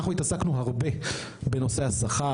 אנחנו התעסקנו הרבה בנושא השכר,